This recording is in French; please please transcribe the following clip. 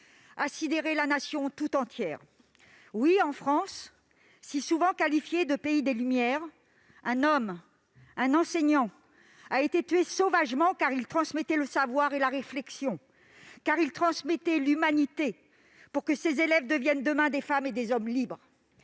a sidéré la Nation tout entière. Oui, en France, si souvent qualifiée de « pays des Lumières », un homme, un enseignant, a été tué sauvagement, parce qu'il transmettait le savoir et la réflexion, parce qu'il transmettait l'humanité pour que ses élèves deviennent demain des femmes et des hommes libres